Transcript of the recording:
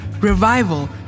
revival